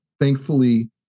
Thankfully